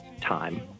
time